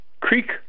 Creek